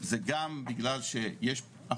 או שזה מודל שהולך להיות קבוע?